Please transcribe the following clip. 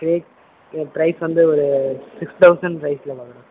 cake price வந்து ஒரு six thousand ப்ரைஸில் வேணும் சார்